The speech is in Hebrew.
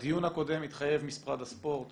בדיון הקודם התחייב משרד הספורט